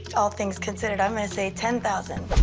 all things considered, i'm going to say ten thousand